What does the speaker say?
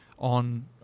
on